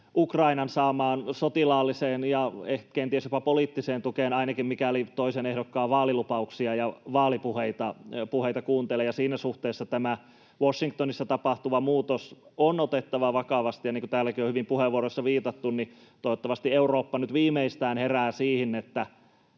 Ukrainan saamaan sotilaalliseen ja ehkä, kenties jopa poliittiseen tukeen, ainakin mikäli toisen ehdokkaan vaalilupauksia ja vaalipuheita kuuntelee, ja siinä suhteessa tämä Washingtonissa tapahtuva muutos on otettava vakavasti. Ja niin kuin täälläkin on hyvin puheenvuoroissa viitattu, toivottavasti Eurooppa viimeistään nyt herää siihen, että